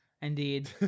Indeed